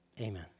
Amen